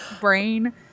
brain